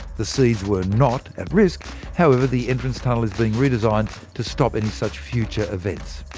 the seeds were not at risk however, the entrance tunnel is being redesigned to stop any such future events.